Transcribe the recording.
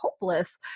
hopeless